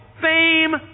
Fame